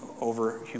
over